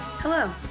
Hello